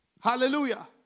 Hallelujah